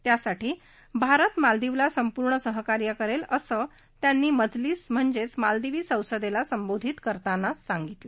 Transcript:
यासाठी भारत मालदिवला पूर्ण सहकार्य करलीअसं त्यांनी मजलीस म्हणजघ्तीमालदिवी संसदली संबोधित करताना सांगितलं